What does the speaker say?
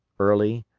early,